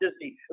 Disney